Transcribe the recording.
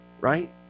Right